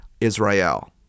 Israel